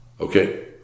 Okay